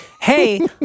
Hey